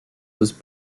was